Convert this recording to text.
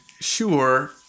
sure